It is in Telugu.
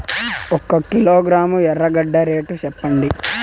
ఒక కిలోగ్రాము ఎర్రగడ్డ రేటు సెప్పండి?